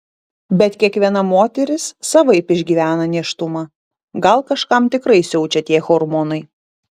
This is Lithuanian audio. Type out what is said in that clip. bet kiekviena moteris savaip išgyvena nėštumą gal kažkam tikrai siaučia tie hormonai